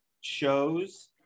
shows